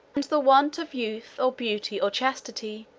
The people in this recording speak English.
and the want of youth, or beauty, or chastity,